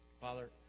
Father